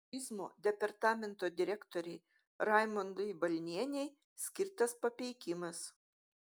valstybinio turizmo departamento direktorei raimondai balnienei skirtas papeikimas